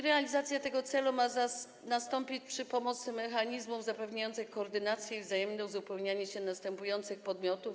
Realizacja tego celu ma nastąpić przy pomocy mechanizmów zapewniających koordynację i wzajemne uzupełnianie się następujących podmiotów.